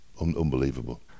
unbelievable